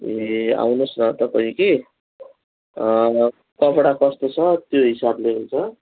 ए आउनुहोस् न तपाईँ कि कपडा कस्तो छ त्यो हिसाबले हुन्छ